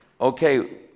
okay